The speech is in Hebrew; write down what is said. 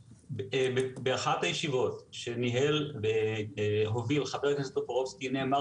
באחת הישיבות שהוביל חבר הכנסת טופורובסקי נאמר